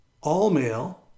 all-male